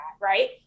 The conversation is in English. Right